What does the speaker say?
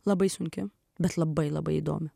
labai sunki bet labai labai įdomi